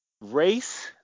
Race